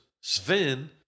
Sven